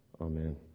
Amen